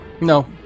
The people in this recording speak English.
No